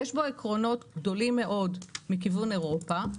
יש בו עקרונות גדולים מאוד מכיוון אירופה,